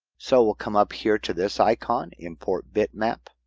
so we'll come up here to this icon import bitmap.